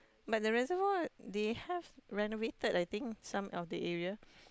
but the reservoir they have renovated I think some of the area